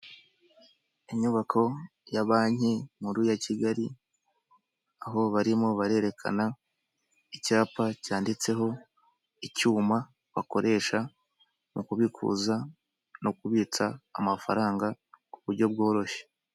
Inyubako ya banki nkuru ya Kigali, aho barimo barerekana icyapa cyanditseho icyuma bakoresha mu kubikuza no kubitsa amafaranga ku buryo bworoshye.